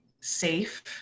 safe